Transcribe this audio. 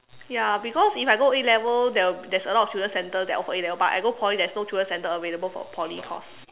ya because if I go A-level there will there's a lot of tuition centre that offer A-level but I go Poly there's no tuition centre available for Poly course